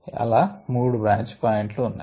అలా 3 బ్రాంచ్ పాయింట్లు ఉన్నాయి